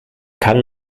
kann